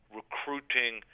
recruiting